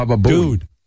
dude